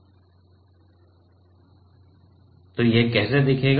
और यह कैसा दिखेगा